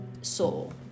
soul